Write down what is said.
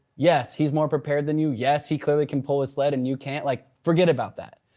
yes he's more prepared than you. yes, he clearly can pull his sled and you can't. like forget about that.